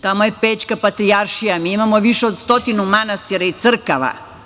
Tamo je Pećka patrijaršija, mi imamo više od stotinu manastira i crkava.